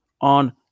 on